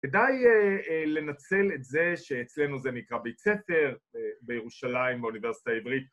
כדאי לנצל את זה שאצלנו זה נקרא בית ספר בירושלים באוניברסיטה העברית